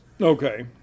Okay